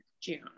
June